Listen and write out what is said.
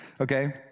Okay